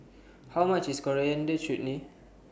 How much IS Coriander Chutney